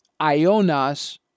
Ionas